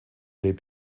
lebt